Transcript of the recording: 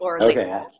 Okay